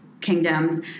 kingdoms